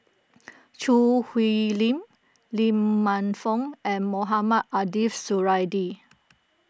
Choo Hwee Lim Lee Man Fong and Mohamed Ariff Suradi